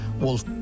wolf